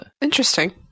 Interesting